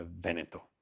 Veneto